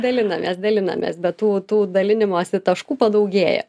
dalinamės dalinamės bet tų dalinimosi taškų padaugėja